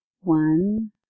One